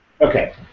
Okay